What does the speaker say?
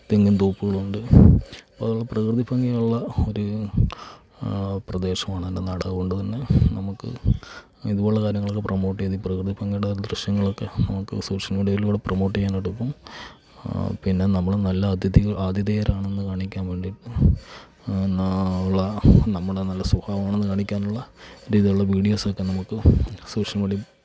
തെങ്ങിൻ തോപ്പുകളുണ്ട് അതുപോലെ പ്രകൃതി ഭംഗിയുള്ള ഒരു പ്രദേശമാണ് എൻ്റെ നാട് അതുകൊണ്ടു തന്നെ നമുക്ക് ഇതുപോലുള്ള കാര്യങ്ങളൊക്കെ പ്രമോട്ട് ചെയ്ത് ഈ പ്രകൃതി ഭംഗിയുടെ നല്ല ദൃശ്യങ്ങളൊക്കെ നമുക്ക് സോഷ്യൽ മീഡിയയിലൂടെ പ്രമോട്ട് ചെയ്യാനായിട്ടൊക്കും പിന്നെ നമ്മൾ നല്ല അതിഥികൾ ആതിഥേയരാണെന്ന് കാണിക്കാൻ വേണ്ടി നാം ഉള്ള നമ്മുടെ നല്ല സുഗമമാണെന്ന് കാണിക്കാനുള്ള രീതിയിലുള്ള വീഡിയോസൊക്കെ നമുക്ക് സോഷ്യൽ മീഡിയയിൽ